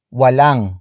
walang